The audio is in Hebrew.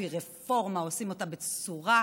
נשלם בהמשך הדרך.